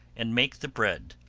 and make the bread.